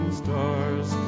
stars